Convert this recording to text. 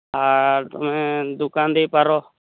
ଆର ତୁମେ ଦୋକାନ ଦେଇପାର